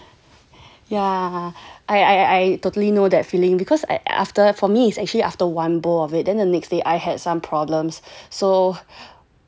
yeah I I totally know that feeling because after for me is actually after one bowl of it then the next day I had some problems so